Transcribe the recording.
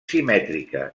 simètrica